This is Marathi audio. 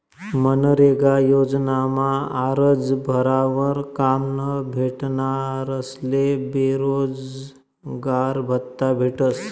मनरेगा योजनामा आरजं भरावर काम न भेटनारस्ले बेरोजगारभत्त्ता भेटस